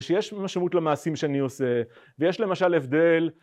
שיש משמעות למעשים שאני עושה, ויש למשל הבדל...